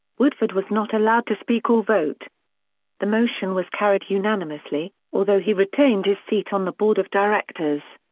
woodford was not allowed to speak or vote the motion was carried unanimously, although he retained his seat on the board of directors.